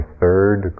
third